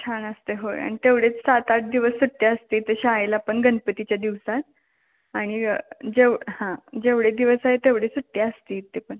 छान असते होय आणि तेवढेच सात आठ दिवस सुट्ट्या असते इथे शाळेला पण गणपतीच्या दिवसात आणि जेव हां जेवढे दिवस आहे तेवढे सुट्ट्या असते इथे पण